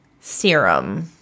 serum